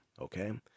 Okay